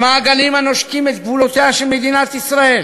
במעגלים הנושקים את גבולותיה של מדינת ישראל